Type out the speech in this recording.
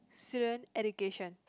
student education